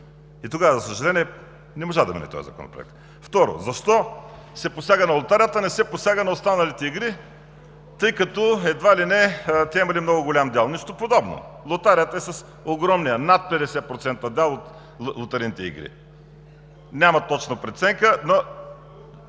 и тогава, за съжаление, не можа да мине този законопроект. Второ, защо се посяга на лотарията, а не се посяга на останалите игри, тъй като едва ли не те имали много голям дял? Нищо подобно. Лотарията е с огромния – над 50%, дял от лотарийните игри. Няма точна преценка, но